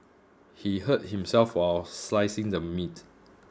he hurt himself while slicing the meat